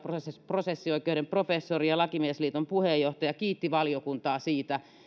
prosessioikeuden professori ja lakimiesliiton puheenjohtaja kiitti valiokuntaa siitä